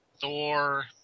Thor